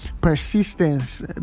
Persistence